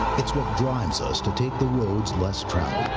it's what drives us to take the roads less traveled.